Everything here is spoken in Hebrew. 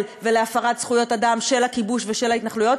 ולהפרת זכויות אדם של הכיבוש ושל ההתנחלויות,